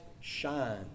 shine